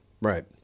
right